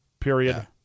Period